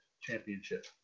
Championship